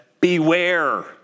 beware